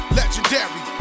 legendary